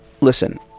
listen